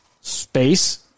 space